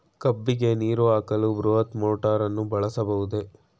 ಕಬ್ಬಿಗೆ ನೀರು ಹಾಕಲು ಬೃಹತ್ ಮೋಟಾರನ್ನು ಬಳಸಬಹುದೇ?